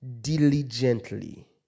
diligently